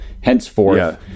henceforth